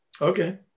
Okay